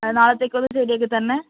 ആ നാളത്തേക്ക് ഒന്നു ശരിയാക്കിത്തരണേ